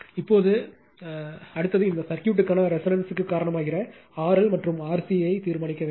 இப்போது அடுத்தது இந்த சர்க்யூட்க்கான ரெசோனன்ஸ் க்கு காரணமாகிற RL மற்றும் RC ஐ தீர்மானிக்க வேண்டும்